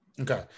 Okay